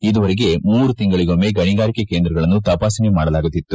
ಇದುವರೆಗೆ ಮೂರು ತಿಂಗಳಿಗೊಮ್ಮೆ ಗಣಿಗಾರಿಕೆ ಕೇಂದ್ರಗಳನ್ನು ತಪಾಸಣೆ ಮಾಡಲಾಗುತ್ತಿತ್ತು